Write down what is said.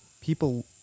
people